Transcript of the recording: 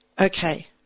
okay